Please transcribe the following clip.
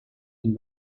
ein